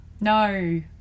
No